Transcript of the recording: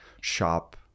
shop